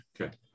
Okay